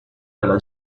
della